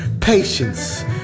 Patience